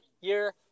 year